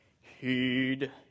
Heed